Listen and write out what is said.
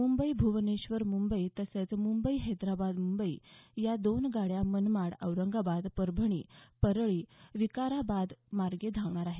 मुंबई भुवनेश्वर मुंबई तसंच मुंबई हैदराबाद मुंबई या दोन गाड्या मनमाड औरंगाबाद परभणी परळी विकाराबादमार्गे धावणार आहेत